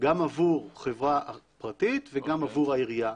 גם עבור חברה פרטית וגם עבור העירייה,